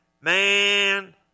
man